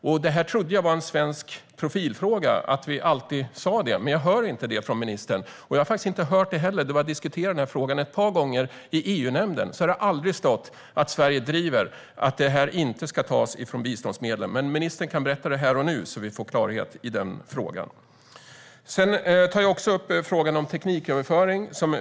Jag trodde att det här var en svensk profilfråga, att vi alltid sa det, men jag hör inte det från ministern. Vi har diskuterat den här frågan ett par gånger i EU-nämnden, och jag har inte hört det då heller. Det har aldrig stått att Sverige driver att det här inte ska tas från biståndsmedlen. Men ministern kan berätta det här och nu så att vi får klarhet i den frågan. Jag tar också upp frågan om tekniköverföring.